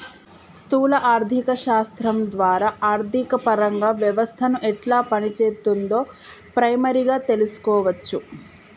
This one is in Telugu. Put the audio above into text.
స్థూల ఆర్థిక శాస్త్రం ద్వారా ఆర్థికపరంగా వ్యవస్థను ఎట్లా పనిచేత్తుందో ప్రైమరీగా తెల్సుకోవచ్చును